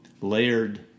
layered